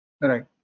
Right